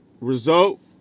result